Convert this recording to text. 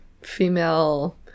female